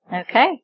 Okay